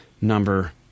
number